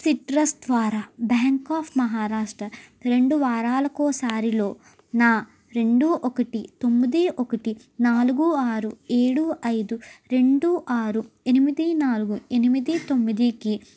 citrus ద్వారా bank of Maharashtra రెండు వారాలకోసారిలో నా రెండు ఒకటి తొమ్మిది ఒకటి నాలుగు ఆరు ఏడు ఐదు రెండు ఆరు ఎనిమిది నాలుగు ఎనిమిది తొమ్మిదికి